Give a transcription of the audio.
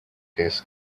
his